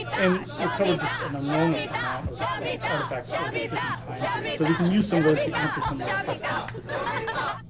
and recovered just an enormous amount of of artifacts over those different time periods. so we can use some of those to answer some of your questions today, hopefully.